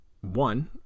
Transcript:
one